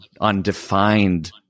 undefined